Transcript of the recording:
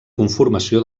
conformació